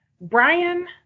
Brian